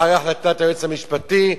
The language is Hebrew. אחרי החלטת היועץ המשפטי,